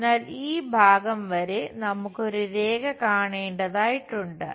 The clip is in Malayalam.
അതിനാൽ ഈ ഭാഗം വരെ നമുക്ക് ഒരു രേഖ കാണേണ്ടതായിട്ടുണ്ട്